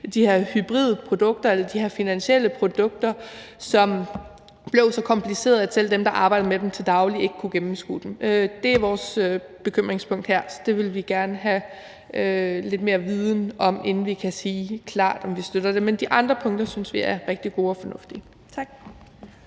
de her hybride produkter, de her finansielle produkter, som blev så komplicerede, at selv dem, der arbejdede med dem til daglig, ikke kunne gennemskue dem. Det er vores bekymringspunkt her, så det vil vi gerne have lidt mere viden om, inden vi kan sige klart, om vi støtter det. Men de andre punkter synes vi er rigtig gode og fornuftige. Tak.